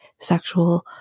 sexual